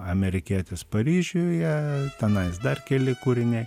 amerikietis paryžiuje tenais dar keli kūriniai